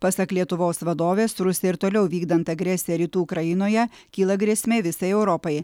pasak lietuvos vadovės rusijai ir toliau vykdant agresiją rytų ukrainoje kyla grėsmė visai europai